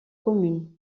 communes